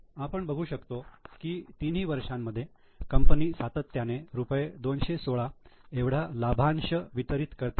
आपण बघू शकतो की तिन्ही वर्षांमध्ये कंपनी सातत्याने रुपये 216 एवढा लाभांश वितरीत करते आहे